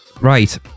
right